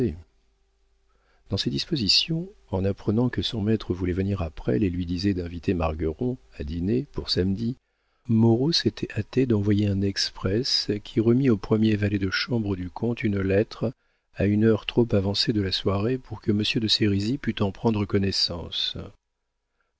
dans ces dispositions en apprenant que son maître voulait venir à presles et lui disait d'inviter margueron à dîner pour samedi moreau s'était hâté d'envoyer un exprès qui remit au premier valet de chambre du comte une lettre à une heure trop avancée de la soirée pour que monsieur de sérisy pût en prendre connaissance